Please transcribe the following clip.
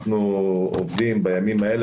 אנחנו עובדים בימים האלה,